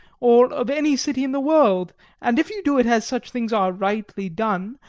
or of any city in the world and if you do it as such things are rightly done,